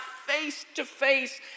face-to-face